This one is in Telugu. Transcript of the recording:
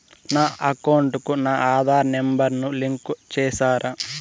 నా అకౌంట్ కు నా ఆధార్ నెంబర్ ను లింకు చేసారా